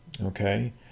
Okay